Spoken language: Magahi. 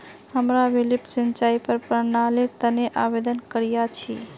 हमरा भी लिफ्ट सिंचाईर प्रणालीर तने आवेदन करिया छि